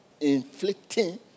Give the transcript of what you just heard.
inflicting